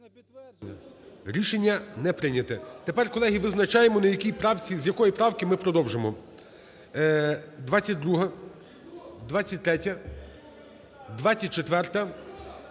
Рішення не прийняте. Тепер, колеги, визначаємо, на якій правці, з якої правки ми продовжимо. 22-а. 23-я.